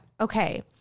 okay